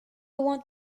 want